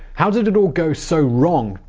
how did it all go so wrong?